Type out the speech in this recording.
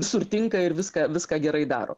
visur tinka ir viską viską gerai daro